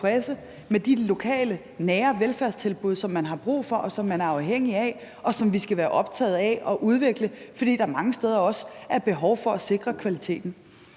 med de lokale nære velfærdstilbud, som man har brug for, og som man er afhængig af, og som vi skal være optagede af at udvikle, fordi der mange steder også er behov for at sikre kvaliteten.